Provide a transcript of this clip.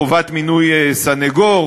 חובת מינוי סנגור,